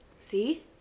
See